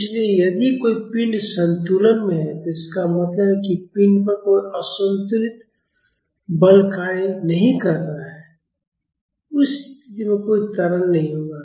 इसलिए यदि कोई पिंड संतुलन में है तो इसका मतलब है कि पिंड पर कोई असंतुलित बल कार्य नहीं कर रहा है उस स्थिति में कोई त्वरण नहीं होगा